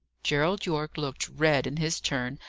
gerald yorke looked red in his turn,